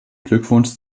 glückwunsch